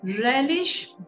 relish